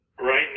Right